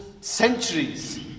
centuries